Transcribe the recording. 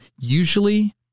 usually